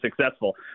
successful